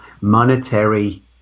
monetary